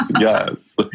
yes